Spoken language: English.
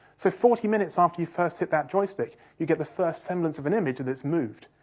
so, forty minutes after you first hit that joystick, you get the first semblance of an image and it's moved.